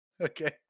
Okay